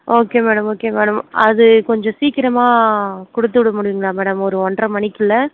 okay madam okay madam அது கொஞ்சம் சீக்கிரமாக கொடுத்துவுட முடியுங்களா மேடம் ஒரு ஒன்றரை மணிக்குள்ள